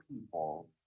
people